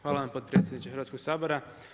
Hvala vam potpredsjedniče Hrvatskog sabora.